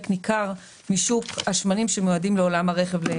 ניכר משוק השמנים שמיועדים לעולם הרכב.